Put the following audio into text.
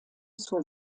zur